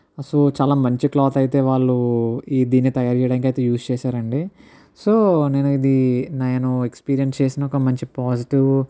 so చాలా మంచి cloth అయితే వాళ్ళు ఈ దీన్ని తయారు చేయడానికి అయితే యూస్ చేసారు అండి సో నేను ఇది నేను ఎక్స్పీరియన్స్ చేసిన ఒక మంచి పాజిటివ్